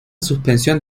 suspensión